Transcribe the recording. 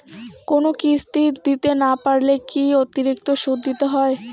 কোনো কিস্তি দিতে না পারলে কি অতিরিক্ত সুদ দিতে হবে?